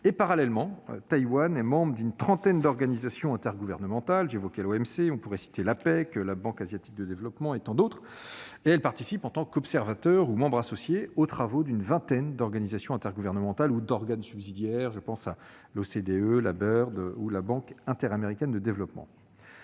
Parallèlement, Taïwan est membre d'une trentaine d'organisations intergouvernementales ; j'évoquais l'OMC, mais on pourrait citer l'APEC, la Banque asiatique de développement et tant d'autres. Elle participe, en tant qu'observateur ou membre associé, aux travaux d'une vingtaine d'organisations intergouvernementales ou d'organes subsidiaires ; je pense à l'OCDE, à la BERD ou à la Banque interaméricaine de développement.